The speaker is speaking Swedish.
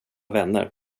vänner